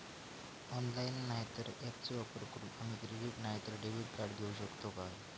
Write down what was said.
Online नाय तर ऍपचो वापर करून आम्ही क्रेडिट नाय तर डेबिट कार्ड घेऊ शकतो का?